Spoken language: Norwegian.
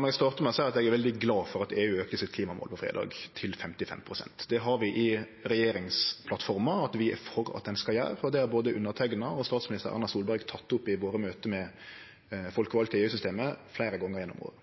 meg starte med å seie at eg er veldig glad for at EU på fredag auka klimamålet sitt til 55 pst. Det har vi i regjeringsplattforma at vi er for at ein skal gjere, og det har både underskrivne og statsminister Erna Solberg teke opp i møta våre med folkevalde i EU-systemet fleire gonger gjennom